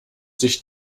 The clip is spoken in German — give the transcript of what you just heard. sich